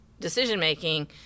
decision-making